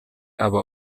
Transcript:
aba